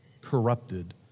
corrupted